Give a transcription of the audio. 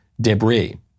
debris